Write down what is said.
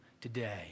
today